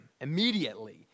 immediately